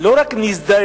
לא רק נזדעק,